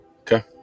Okay